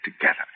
together